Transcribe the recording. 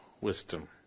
wisdom